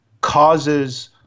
causes